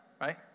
right